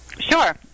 Sure